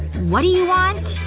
what do you want?